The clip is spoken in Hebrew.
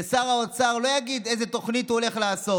ושר האוצר לא יגיד איזו תוכנית הוא הולך לעשות.